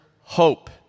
hope